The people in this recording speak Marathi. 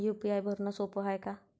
यू.पी.आय भरनं सोप हाय का?